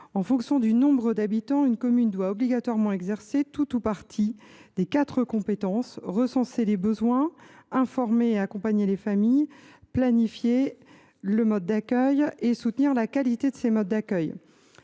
En fonction du nombre d’habitants, une commune doit obligatoirement exercer tout ou partie de quatre compétences : recenser les besoins ; informer et accompagner les familles ; planifier le développement des modes d’accueil ; enfin, soutenir la qualité de ces modes d’accueil.